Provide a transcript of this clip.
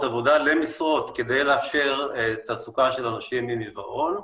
עבודה למשרות כדי לאפשר תעסוקה של אנשים עם עיוורון.